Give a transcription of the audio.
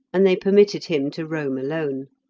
and they permitted him to roam alone.